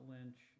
Lynch